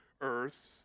earth